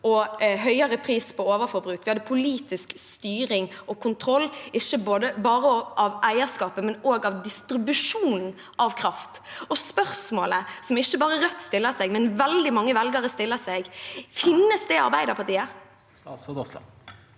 og høyere pris på overforbruk. Det var politisk styring og kontroll, ikke bare av eierskapet, men også av distribusjonen av kraft. Spørsmålet som ikke bare Rødt, men også veldig mange velgere stiller seg, er: Finnes det Arbeiderpartiet? Statsråd Terje